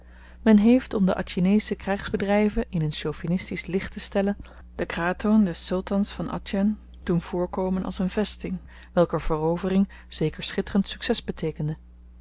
men heeft om de atjinesche krygsbedryven in n chauvinistisch licht te stellen den kraton des sultans van atjin doen voorkomen als n vesting welker verovering zeker schitterend succes beteekende